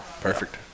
Perfect